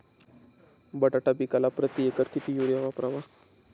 बटाटा पिकाला प्रती एकर किती युरिया वापरावा?